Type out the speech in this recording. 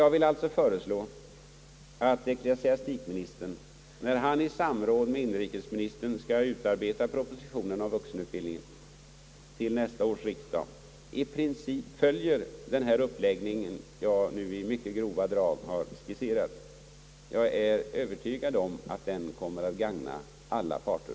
Jag föreslår alltså att ecklesiastikministern, när han i samråd med inrikesministern skall utarbeta propositionen om vuxenutbildningen till nästa års riksdag, i princip följer den uppläggning jag här i grova drag skisserat. Jag är övertygad om att den kommer att gagna alla parter.